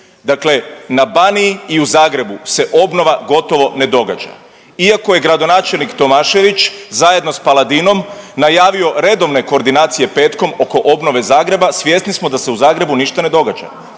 Dakle, na Baniji i u Zagrebu se obnova gotovo ne događa, iako je gradonačelnik Tomašević zajedno sa Paladinom najavio redovne koordinacije petkom oko obnove Zagreba. Svjesni smo da se u Zagrebu ništa ne događa.